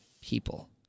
people